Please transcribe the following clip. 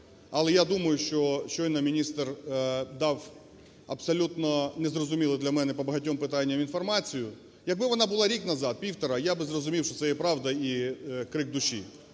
але я думаю, що щойно міністр дав абсолютно незрозумілу для мене по багатьом питанням інформацію. Якби вона була рік назад, півтора, я би зрозумів, що це є правда і крик душі.